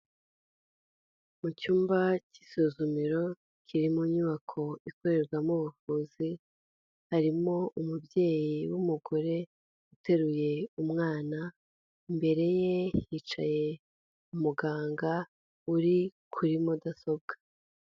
Mu cyumba cy'isuzumiro, kiririmo inyubako ikorerwamo ubuvuzi, harimo umubyeyi w'umugore uteruye umwana, imbere ye hicaye umuganga uri kuri mudasobwa.